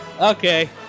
Okay